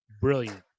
brilliant